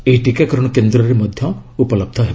ଏହା ଟିକାକରଣ କେନ୍ଦ୍ରରେ ମଧ୍ୟ ଉପଲହ୍ଧ ହେବ